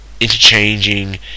Interchanging